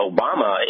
Obama